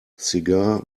cigar